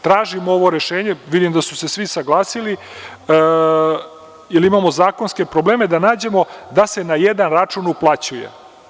Tražimo ovo rešenje, vidim da su se svi saglasili, jer imamo zakonske probleme da nađemo da se na jedan račun uplaćuje.